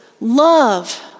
Love